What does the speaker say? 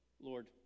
Lord